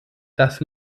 das